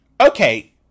okay